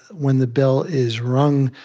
when the bell is rung,